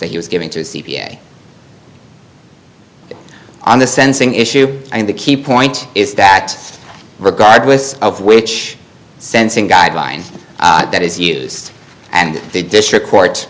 that he was giving to the c p a on the sensing issue and the key point is that regardless of which sensing guidelines that is used and the district court